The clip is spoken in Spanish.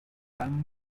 madame